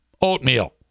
oatmeal